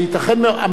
אנחנו זוכרים.